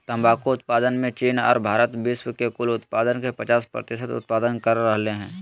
तंबाकू उत्पादन मे चीन आर भारत विश्व के कुल उत्पादन के पचास प्रतिशत उत्पादन कर रहल हई